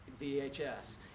vhs